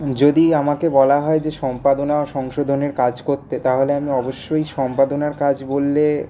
যদি আমাকে বলা হয় যে সম্পাদনা ও সংশোধনের কাজ করতে তাহলে আমি অবশ্যই সম্পাদনার কাজ বললে